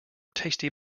tasty